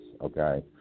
okay